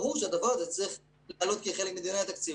ברור שהדבר הזה צריך לעלות כחלק מדיוני התקציב,